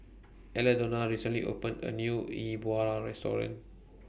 Aldona recently opened A New E Bua Restaurant